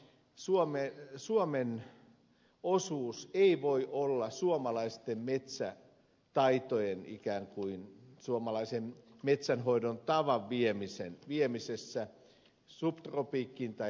suomen osuus ei voi olla suomalaisten metsätaitojen ikään kuin suomalaisen metsänhoidon tavan vieminen subtropiikkiin tai tropiikkiin